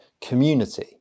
community